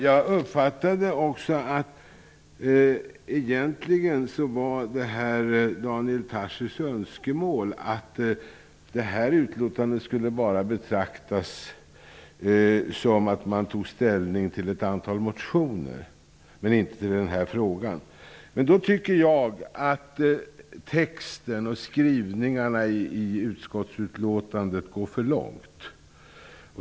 Jag uppfattade det också så att det egentligen var Daniel Tarschys önskemål att det här betänkandet skulle betraktas som ett ställningstagande till ett antal motioner men inte till förhandlingsresultatet. Men då tycker jag att skrivningarna i utskottsbetänkandet går för långt.